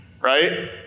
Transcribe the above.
Right